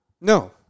No